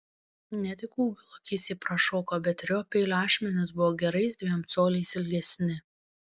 ne tik ūgiu lokys jį prašoko bet ir jo peilio ašmenys buvo gerais dviem coliais ilgesni